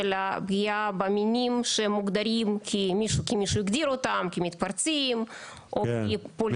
הפגיעה במינים שמוגדרים כי מישהו הגדיר אותם כמתפרצים או פולשים,